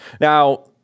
Now